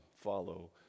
follow